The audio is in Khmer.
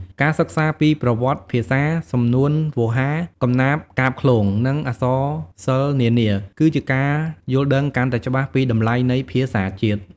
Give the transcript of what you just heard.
ការសិក្សាពីប្រវត្តិភាសា សំនួនវោហារ កំណាព្យកាព្យឃ្លោង និងអក្សរសិល្ប៍នានា គឺជាការយល់ដឹងកាន់តែច្បាស់ពីតម្លៃនៃភាសាជាតិ។